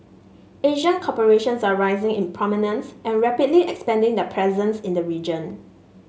Asian corporations are rising in prominence and rapidly expanding their presence in the region